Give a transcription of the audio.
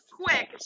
quick